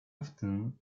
often